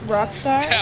Rockstar